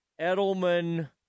Edelman